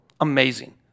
amazing